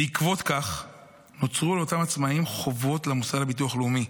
בעקבות זאת נוצרו לאותם עצמאים חובות למוסד לביטוח לאומי.